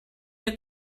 your